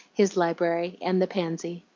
his library, and the pansy.